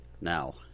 now